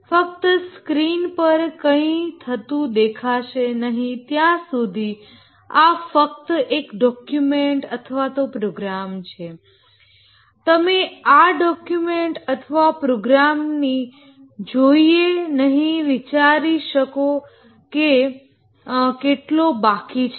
ફક્ત સ્ક્રીન પર કંઈ થતું દેખાશે નહીં ત્યાં સુધી આ ફક્ત એક ડોક્યુમેન્ટ અથવા તો પ્રોગ્રામ છે તમે આ ડોક્યુમેન્ટ અથવા પ્રોગ્રામને જોઈ એ નહિ વિચારી શકો કે કેટલો બાકી છે